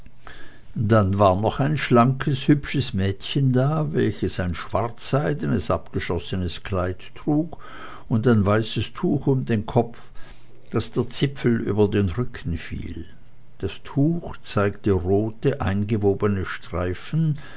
dann war noch ein schlankes hübsches mädchen da welches ein schwarzseidenes abgeschossenes kleid trug und ein weißes tuch um den kopf daß der zipfel über den rücken fiel das tuch zeigte rote eingewobene streifen